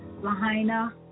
Lahaina